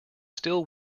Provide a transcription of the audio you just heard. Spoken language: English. still